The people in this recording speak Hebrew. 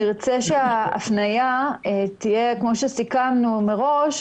נרצה שההפניה תהיה כפי שסיכמנו מראש: